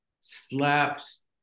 slaps